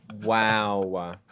Wow